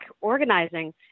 organizing